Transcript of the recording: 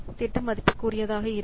திட்டம் மதிப்புக்குரியதாக இருக்கும்